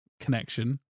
connection